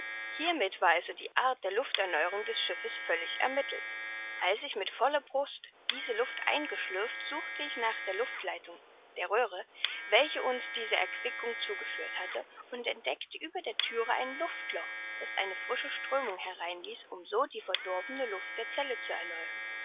hiermit war also die art der lufterneuerung des schiffes völlig ermittelt als ich mit voller brust diese luft eingeschlürft suchte ich nach der luftleitung der röhre welche uns diese erquickung zugeführt hatte und entdeckte über der thüre ein luftloch das eine frische strömung hereinließ um so die verdorbene luft der zelle zu erneuern